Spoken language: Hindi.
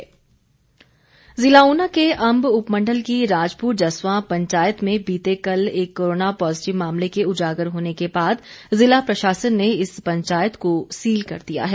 ऊना कोरोना ज़िला ऊना के अंब उपमंडल की राजपुर जस्वां पंचायत में बीते कल एक कोरोना पॉजिटिव मामले के उजागर होने के बाद ज़िला प्रशासन ने इस पंचायत को सील कर दिया है